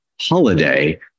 holiday